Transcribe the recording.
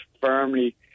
firmly